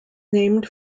named